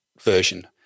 version